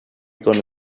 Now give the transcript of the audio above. gonna